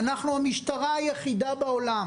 אנחנו המשטרה היחידה בעולם